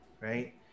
Right